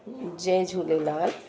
Jay Jhulelal